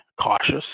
cautious